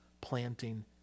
planting